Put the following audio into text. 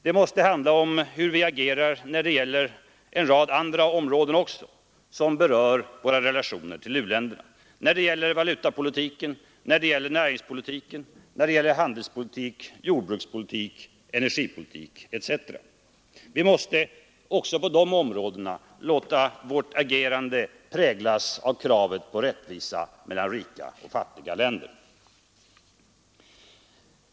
Det måsta handla om att beakta våra relationer på alla områden, när det gäller valutapolitik, näringspolitik, handelspolitik, jordbrukspolitik, energipolitik etc. Vi måste också på de områdena låta vårt agerande präglas av kravet på rättvisa mellan rika och fattiga länder.